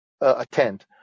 attend